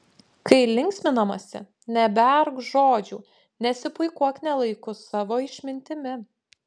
kai linksminamasi neberk žodžių nesipuikuok ne laiku savo išmintimi